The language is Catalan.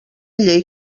llei